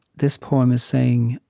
this poem is saying,